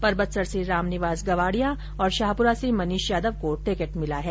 परबतसर से रामनिवास गवाडिया शाहपुरा से मनीष यादव को टिकिट मिला है